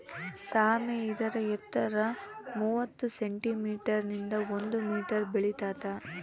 ಸಾಮೆ ಇದರ ಎತ್ತರ ಮೂವತ್ತು ಸೆಂಟಿಮೀಟರ್ ನಿಂದ ಒಂದು ಮೀಟರ್ ಬೆಳಿತಾತ